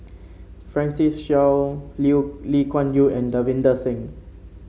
Francis Seow Liu Lee Kuan Yew and Davinder Singh